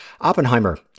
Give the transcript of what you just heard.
Oppenheimer